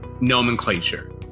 nomenclature